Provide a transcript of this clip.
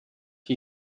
die